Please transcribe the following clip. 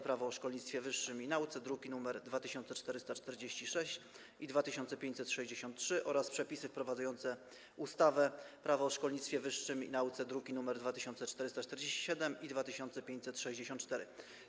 Prawo o szkolnictwie wyższym i nauce, druki nr 2446 i 2563, oraz projektu ustawy Przepisy wprowadzające ustawę Prawo o szkolnictwie wyższym i nauce, druki nr 2447 i 2564.